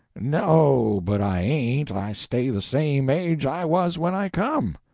no, but i ain't. i stay the same age i was when i come.